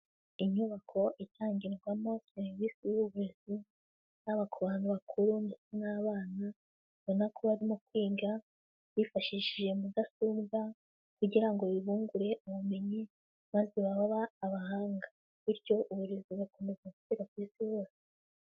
Inyubako itangirwamo serivise y'uburezi, yaba ku bantu bakuru ndetse n'abana, ubona ko barimo kwiga bifashishije mudasobwa, kugira ngo bibungure ubumenyi, maze babe abahanga. Bityo uburezi bugakomeza gukwira ku isi hose.